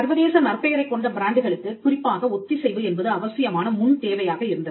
சர்வதேச நற்பெயரைக் கொண்ட பிராண்டுகளுக்குக் குறிப்பாக ஒத்திசைவு என்பது அவசியமான முன் தேவையாக இருந்தது